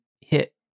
hit